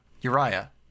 Uriah